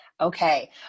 Okay